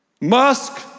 Musk